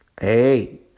hey